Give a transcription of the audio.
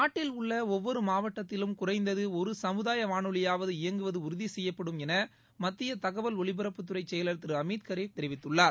நாட்டில் உள்ள ஒவ்வொரு மாவட்டத்திலும் குறைந்தது ஒரு சமுதாய வானொலியாவது இயங்குவது உறுதி செய்யப்படும் என மத்திய தகவல் ஒலிபரப்புத்துறை செயலர் திரு அமித் காரே தெரிவித்துள்ளார்